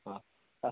ହଁ ହଁ